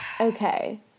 Okay